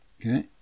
Okay